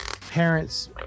parents